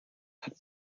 hat